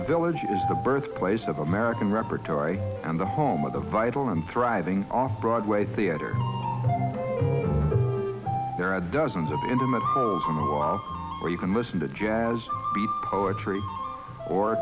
the village is the birthplace of american repertory and the home of the vital and thriving off broadway theater there are dozens of intimate where you can listen to jazz poetry or